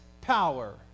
power